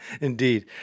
Indeed